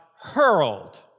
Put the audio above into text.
hurled